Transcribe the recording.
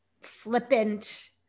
flippant